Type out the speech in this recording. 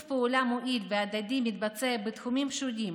פעולה מועיל והדדי מתבצע בתחומים שונים,